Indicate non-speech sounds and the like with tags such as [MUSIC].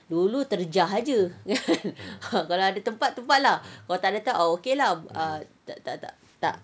dulu terjah aje [LAUGHS] kan kalau ada tempat tempat lah kalau takde tak tak okay lah takde tak tak tak